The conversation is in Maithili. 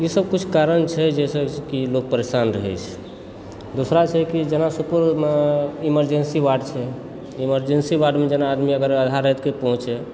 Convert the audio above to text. ई सब किछु कारण छै जाहिसँ कि लोक परेशान रहै छै दोसर छै कि जेना सुपौलमे इमरजेन्सी वार्ड छै इमरजेन्सी वार्डमे जेना आदमी अगर आधा रातिकऽ पहुँचै